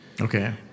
Okay